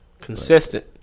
Consistent